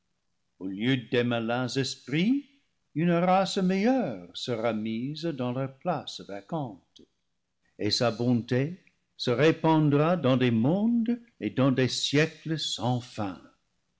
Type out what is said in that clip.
au lieu des malins esprits une race meilleure sera mise dans leur place vacante et sa bonté se répandra dans des mondes et dans des siècles sans fin